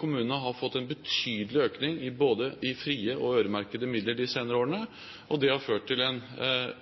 kommunene har fått en betydelig økning i både frie og øremerkede midler de senere årene. Det har ført til en